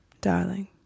darling